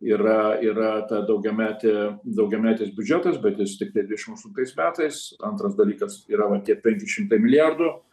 yra yra ta daugiametė daugiametis biudžetas bet jis tiktai dvidešimt aštuntais metais antras dalykas yra va tie penki šimtai milijardų